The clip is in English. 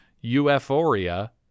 Euphoria